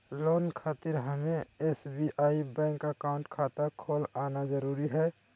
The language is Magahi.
लोन खातिर हमें एसबीआई बैंक अकाउंट खाता खोल आना जरूरी है?